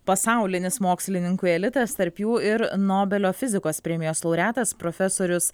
pasaulinis mokslininkų elitas tarp jų ir nobelio fizikos premijos laureatas profesorius